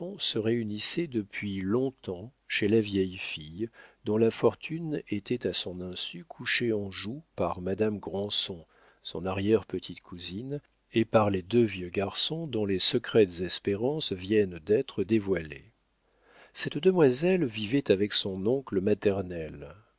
se réunissait depuis long-temps chez la vieille fille dont la fortune était à son insu couchée en joue par madame granson son arrière petite cousine et par les deux vieux garçons dont les secrètes espérances viennent d'être dévoilées cette demoiselle vivait avec son oncle maternel